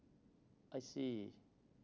I see